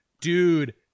dude